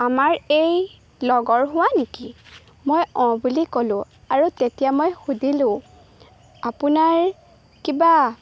আমাৰ এই লগৰ হোৱা নেকি মই অঁ বুলি ক'লোঁ আৰু তেতিয়া মই সুধিলোঁ আপোনাৰ কিবা